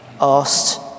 asked